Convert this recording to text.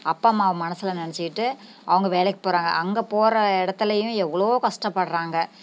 அப்பா அம்மாவை மனசில் நினச்சிக்கிட்டு அவங்க வேலைக்குப் போகிறாங்க அங்கே போகிற இடத்துலயும் எவ்வளவோ கஷ்டப்படுறாங்க